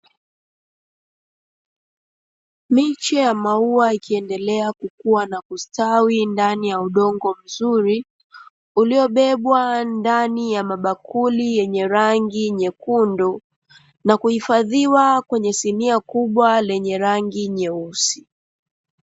Miche ya maua ikiendelea kukua na kustawi ndani ya udongo mzuri, uliobebwa ndani ya mabakuli yenye rangi nyekundu, na kuhifadhiwa kwenye sinia kubwa lenye rangi nyeusi.